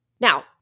Now